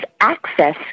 access